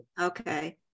Okay